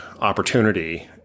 opportunity